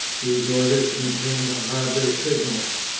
these orders contained the harbour signals.